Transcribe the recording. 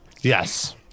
Yes